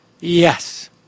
yes